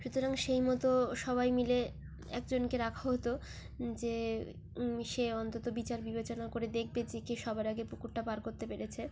সুতরাং সেই মতো সবাই মিলে একজনকে রাখা হতো যে সে অন্তত বিচার বিবেচনা করে দেখবে যে কে সবার আগে পুকুরটা পার করতে পেরেছে